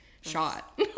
shot